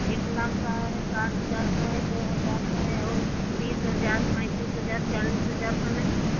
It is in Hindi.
एक लाख का है साठ हजार का है दो हजार का है और तीस हजार पैंतीस हजार चालीस हजार का नहीं है